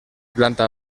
planta